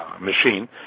machine